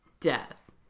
death